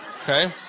Okay